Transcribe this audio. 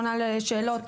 עונה לשאלות,